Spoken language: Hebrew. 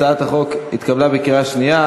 הצעת החוק התקבלה בקריאה שנייה.